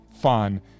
fun